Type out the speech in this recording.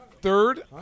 third